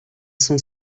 cent